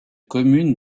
communes